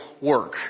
work